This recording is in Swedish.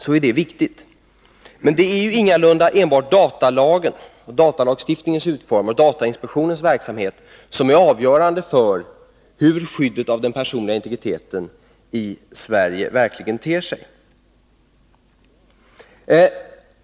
Det är viktigt, men det är ingalunda enbart datalagen, datalagstiftningens utformning och datainspektionens verksamhet som är avgörande för hur skyddet för den personliga integriteten i Sverige verkligen ter sig.